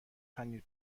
پنیر